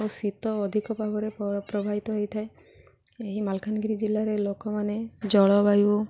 ଓ ଶୀତ ଅଧିକ ଭାବରେ ହେଇଥାଏ ଏହି ମାଲକାନଗିରି ଜିଲ୍ଲାରେ ଲୋକମାନେ ଜଳବାୟୁ